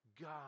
God